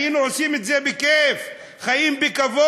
היינו עושים את זה בכיף, חיים בכבוד.